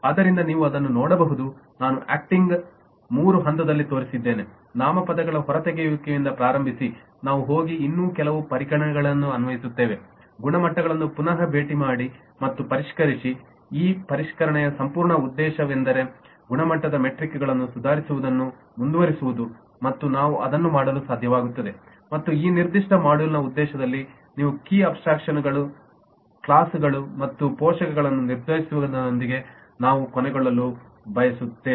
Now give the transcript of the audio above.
ಆದ್ದರಿಂದ ನೀವು ಅದನ್ನು ನೋಡಬಹುದು ನಾನು ಆಕ್ಟಿಂಗನ್ನು ಮೂರು ಹಂತಗಳಲ್ಲಿ ತೋರಿಸಿದ್ದೇನೆ ನಾಮಪದಗಳ ಹೊರತೆಗೆಯುವಿಕೆಯಿಂದ ಪ್ರಾರಂಭಿಸಿ ನಾವು ಹೋಗಿ ಇನ್ನೂ ಕೆಲವು ಪರಿಗಣನೆಗಳನ್ನು ಅನ್ವಯಿಸುತ್ತೇವೆಗುಣಮಟ್ಟವನ್ನು ಪುನಃ ಭೇಟಿ ಮಾಡಿ ಮತ್ತು ಪರಿಷ್ಕರಿಸಿ ಈ ಪರಿಷ್ಕರಣೆಯ ಸಂಪೂರ್ಣ ಉದ್ದೇಶವೆಂದರೆ ಗುಣಮಟ್ಟದ ಮೆಟ್ರಿಕ್ಗಳನ್ನು ಸುಧಾರಿಸುವುದನ್ನು ಮುಂದುವರಿಸುವುದು ಮತ್ತು ನಾವು ಇದನ್ನು ಮಾಡಲು ಸಾಧ್ಯವಾಗುತ್ತದೆ ಮತ್ತು ಈ ನಿರ್ದಿಷ್ಟ ಮಾಡ್ಯೂಲ್ನ ಉದ್ದೇಶದಲ್ಲಿ ಈ ಕೀ ಅಬ್ಸ್ಟ್ರಾಕ್ಷನ್ ಗಳ ಕ್ಲಾಸ್ಗಳು ಮತ್ತು ಪೋಷಕಗಳನ್ನು ನಿರ್ಧರಿಸುವುದರೊಂದಿಗೆ ನಾವು ಕೊನೆಗೊಳ್ಳಲು ಬಯಸುತ್ತೇವೆ